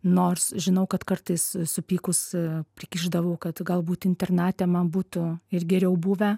nors žinau kad kartais supykusi prikišdavau kad galbūt internate man būtų ir geriau buvę